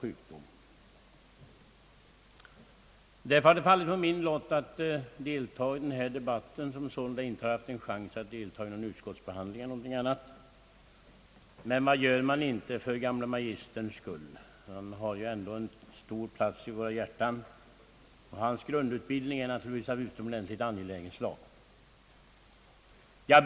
Det har därför fallit på min lott att delta i den här debatten, fastän jag inte haft en chans att delta i utskottsbehandlingen. Men vad gör man inte för den gamle magisterns skull! Han har ju ändå en stor plats i våra hjärtan och hans grundutbildning är naturligtvis av utomordentligt angeläget slag.